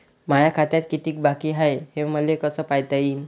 माया खात्यात कितीक बाकी हाय, हे मले कस पायता येईन?